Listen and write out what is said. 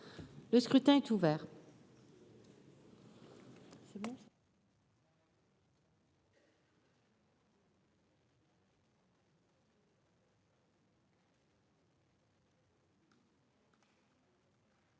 Le scrutin est ouvert.